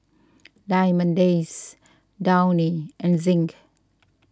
Diamond Days Downy and Zinc